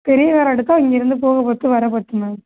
பெரிய காராக எடுத்தால் இங்கேருந்து போக பத்து வர பத்து மேம்